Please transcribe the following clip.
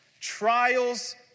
Trials